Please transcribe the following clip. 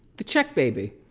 the check baby.